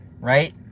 right